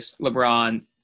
LeBron